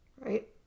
Right